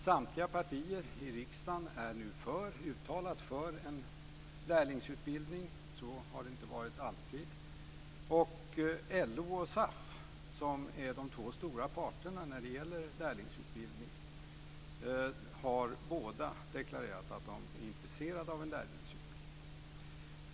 Samtliga partier i riksdagen är nu uttalat för en lärlingsutbildning - så har det inte alltid varit. Både LO och SAF, som är de två stora parterna när det gäller lärlingsutbildning, har deklarerat att de är intresserade av en lärlingsutbildning.